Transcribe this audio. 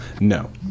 No